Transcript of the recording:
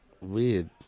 weird